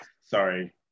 Sorry